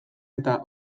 eta